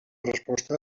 resposta